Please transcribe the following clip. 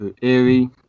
eerie